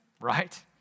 right